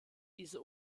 diese